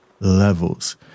Levels